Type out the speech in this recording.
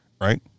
right